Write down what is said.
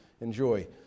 Enjoy